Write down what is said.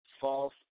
false